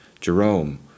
Jerome